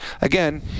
again